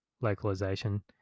localization